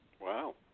Wow